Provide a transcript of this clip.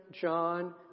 John